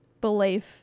belief